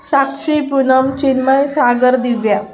Sakshi Poonam Chinmay Sagar Divya